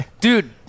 Dude